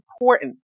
important